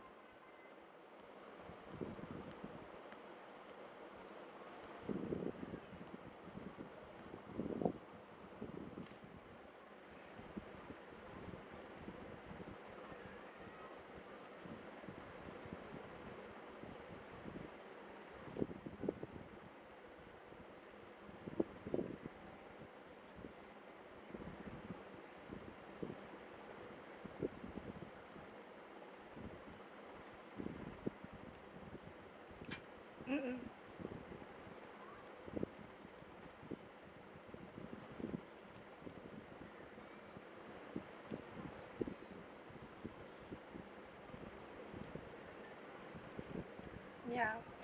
mmhmm ya